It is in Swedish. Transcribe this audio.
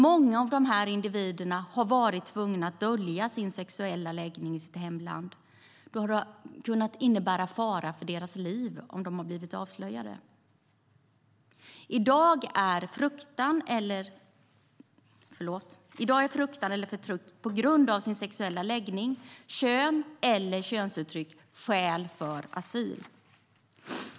Många av dessa individer har varit tvingade att dölja sin sexuella läggning i sitt hemland, då det har inneburit fara för livet om de skulle bli avslöjade. I dag är fruktan eller förtryck på grund sexuell läggning, kön eller könsuttryck skäl för asyl.